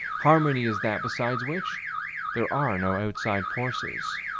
harmony is that besides which there are no outside forces.